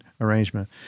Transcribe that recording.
arrangement